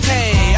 Hey